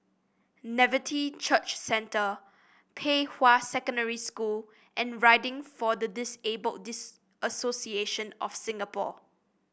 Nativity Church Centre Pei Hwa Secondary School and Riding for the Disabled Dis Association of Singapore